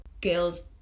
girls